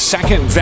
Second